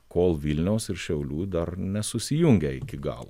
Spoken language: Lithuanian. kol vilniaus ir šiaulių dar nesusijungę iki galo